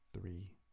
Three